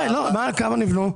כמה נבנו?